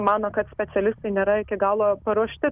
mano kad specialistai nėra iki galo paruošti